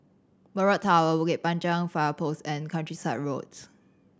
Mirage Tower Bukit Panjang Fire Post and Countryside Road